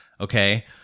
Okay